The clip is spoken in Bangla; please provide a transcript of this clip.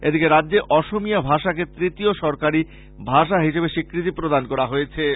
এদিকে রাজ্যে অসমীয়া ভাষাকে তৃতীয় সরকারী ভাষা হিসেবে স্বীকৃতি প্রদান করা হয়েছে